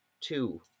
two